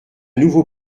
nouveau